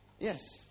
Yes